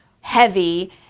heavy